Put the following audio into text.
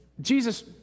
Jesus